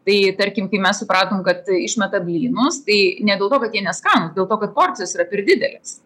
tai tarkim kai mes supratom kad išmeta blynus tai ne dėl to kad jie neskanūs dėl to kad porcijos yra per didelės